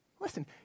Listen